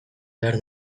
behar